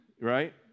right